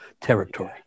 territory